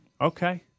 Okay